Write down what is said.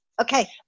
Okay